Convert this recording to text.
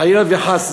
חלילה וחס,